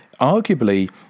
arguably